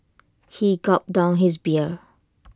he gulped down his beer